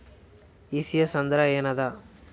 ECS ಅಂದ್ರ ಏನದ?